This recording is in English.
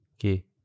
Okay